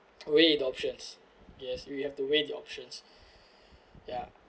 weigh the options yes you have to weigh the options ya